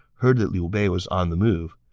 heard that liu bei was on the move,